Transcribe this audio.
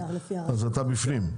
אז אתה בפנים,